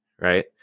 right